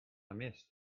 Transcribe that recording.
missed